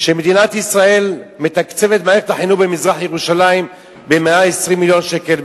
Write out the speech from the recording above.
שמדינת ישראל מתקצבת את מערכת החינוך במזרח-ירושלים ב-120 מיליון שקל,